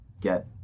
get